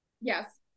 Yes